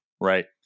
right